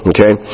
Okay